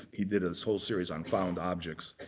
he did a whole series on found objects.